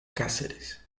cáceres